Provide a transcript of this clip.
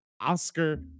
Oscar